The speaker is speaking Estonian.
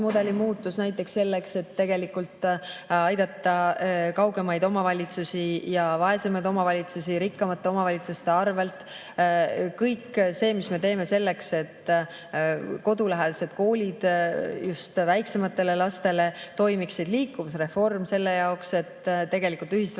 näiteks selleks, et aidata kaugemaid omavalitsusi ja vaesemaid omavalitsusi rikkamate omavalitsuste arvel. Kõik see, mis me teeme selleks, et kodulähedased koolid just väiksematele lastele toimiksid. Liikuvusreform selle jaoks, et tegelikult ühistranspordi